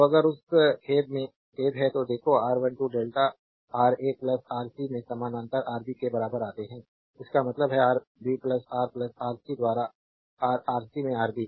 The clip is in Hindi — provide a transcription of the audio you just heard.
तो अगर उस खेद है कि देखो R12 delta R RA R C के समानांतर आरबी के बराबर आते हैं इसका मतलब है आरबी रा आरसी द्वारा रा आरसी में आरबी